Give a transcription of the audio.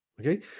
Okay